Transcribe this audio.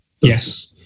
Yes